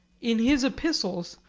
in his epistles,